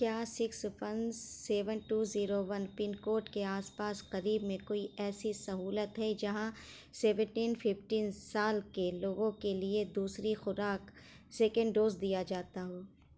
کیا six one seven two zero one pin code کے آس پاس قریب میں کوئی ایسی سہولت ہے جہاں سیونٹین ففٹین سال کے لوگوں کے لیے دوسری خوراک سکنڈ ڈوز دیا جاتا ہو